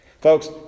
Folks